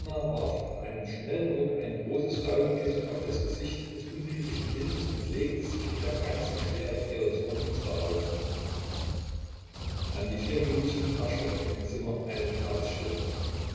mit einem schnellen ruck ein großes daunenkissen auf das gesicht des unglücklichen kindes und legte sich mit der ganzen schwere ihres rumpfes darauf an die vier minuten herrschte im zimmer eine